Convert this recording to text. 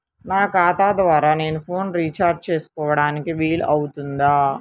నా ఖాతా ద్వారా నేను ఫోన్ రీఛార్జ్ చేసుకోవడానికి వీలు అవుతుందా?